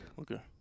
Okay